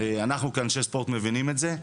אנחנו כאנשי ספורט מבינים את זה,